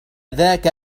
ذاك